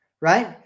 right